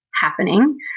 happening